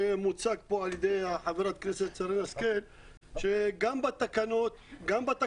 שמוצג פה על ידי חברת הכנסת שרן השכל שגם בתקנות הנוכחיות